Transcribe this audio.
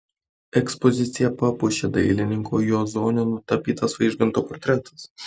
ekspoziciją papuošė dailininko juozonio nutapytas vaižganto portretas